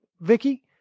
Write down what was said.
Vicky